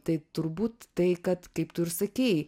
tai turbūt tai kad kaip tu ir sakei